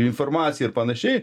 informaciją ir panašiai